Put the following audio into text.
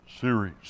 series